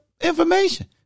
information